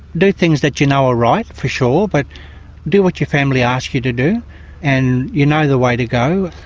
do things that you know are right, for sure, but do what your family asks you to do and you know the way to go.